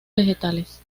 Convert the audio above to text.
vegetales